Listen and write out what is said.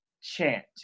chant